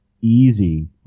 easy